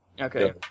Okay